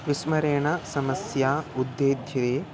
विस्मरेण समस्या उद्धत्वे